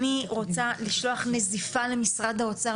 אני רוצה לשלוח נזיפה למשרד האוצר,